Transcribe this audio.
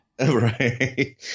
Right